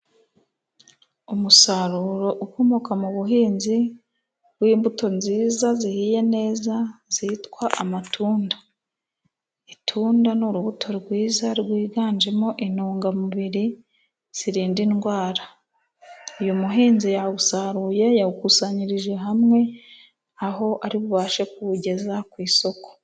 Umusaruro ukomoka mu buhinzi, w'imbuto nziza zihiye neza, zitwa amatunda. Itunda ni urubuto rwiza rwiganjemo intungamubiri zirinda indwara. Uyu muhinzi yawusaruye yawukusanyirije hamwe aho ari bubashe kuwugeza ku isoko.